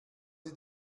sie